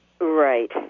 Right